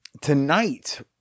Tonight